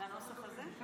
על הנוסח הזה?